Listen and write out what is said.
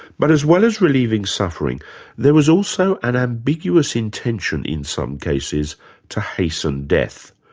but as well as relieving suffering there was also an ambiguous intention in some cases to hasten death.